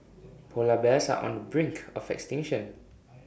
Polar Bears are on the brink of extinction